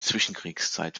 zwischenkriegszeit